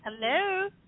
Hello